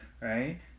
right